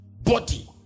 body